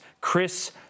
Chris